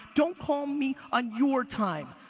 don't call me on your time.